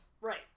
right